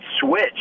switch